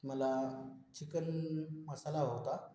मला चिकन मसाला हवा होता